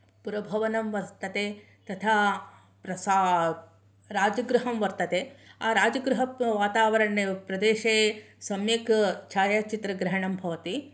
पुरभवनं वर्तते तथा प्रसा राजगृहं वर्तते राजगृहवातावरण प्रदेशे सम्यक् छायाचित्रग्रहणं भवति